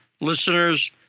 listeners